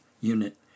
unit